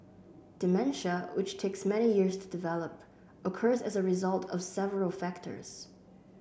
dementia which takes many years to develop occurs as a result of several factors